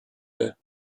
ear